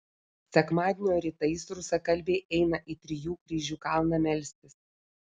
sekmadienio rytais rusakalbiai eina į trijų kryžių kalną melstis